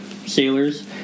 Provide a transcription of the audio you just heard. Sailors